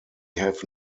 have